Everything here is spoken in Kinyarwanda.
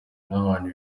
n’abantu